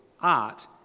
art